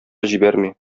җибәрми